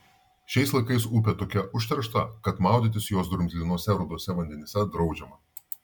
šiais laikais upė tokia užteršta kad maudytis jos drumzlinuose ruduose vandenyse draudžiama